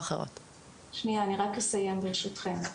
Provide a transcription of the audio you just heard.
אסיים ברשותכם.